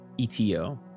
ETO